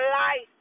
life